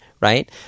right